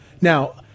Now